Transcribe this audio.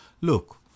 Look